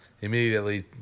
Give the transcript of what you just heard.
immediately